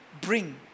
bring